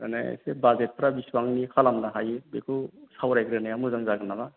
माने एसे बाजेटफ्रा बिसिबांनि खालामनो हायो बेखौ सावरायग्रोनाया मोजां जागोन नामा